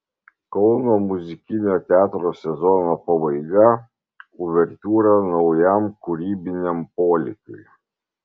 kauno muzikinio teatro sezono pabaiga uvertiūra naujam kūrybiniam polėkiui